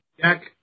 Jack